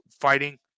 fighting